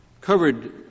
covered